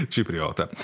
Cipriota